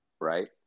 Right